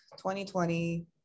2020